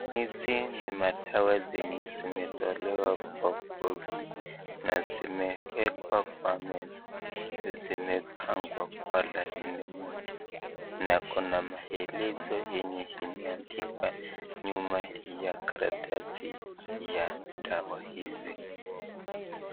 Hizi ni madawa zenye zimetolewa kwa boksi na zimewekwa kwa meza na zimepangwa kwa laini moja na kuna maelezo yenye imeandikwa nyuma ya karatasi ya dawa hizi.